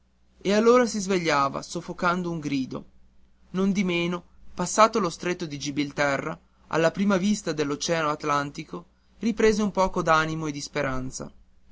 e allora si svegliava soffocando un grido nondimeno passato lo stretto di gibilterra alla prima vista dell'oceano atlantico riprese un poco d'animo e di speranza